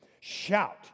shout